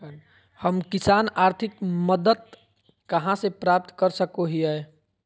हम किसान आर्थिक मदत कहा से प्राप्त कर सको हियय?